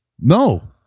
No